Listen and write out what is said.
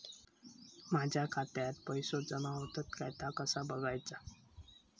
माझ्या खात्यात पैसो जमा होतत काय ता कसा बगायचा?